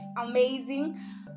amazing